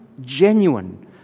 genuine